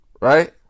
Right